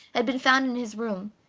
had been found in his room,